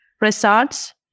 results